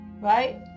right